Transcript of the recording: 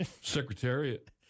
Secretariat